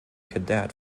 cadet